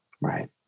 right